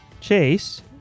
Chase